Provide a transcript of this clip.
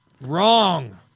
Wrong